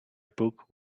book